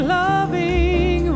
loving